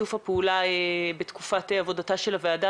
שיתוף הפעולה בתקופת עבודתה של הוועדה.